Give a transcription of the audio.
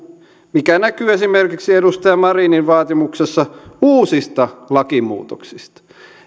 mikä näkyy esimerkiksi edustaja marinin vaatimuksessa uusista lakimuutoksista